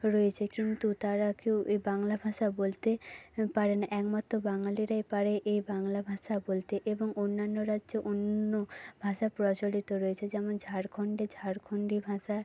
রয়েছে কিন্তু তারা কেউ এই বাংলা ভাষা বলতে পারে না একমাত্র বাঙালিরাই পারে এই বাংলা ভাষা বলতে এবং অন্যান্য রাজ্যেও অন্য ভাষা প্রচলিত রয়েছে যেমন ঝাড়খণ্ডে ঝাড়খণ্ডী ভাষা